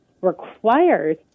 requires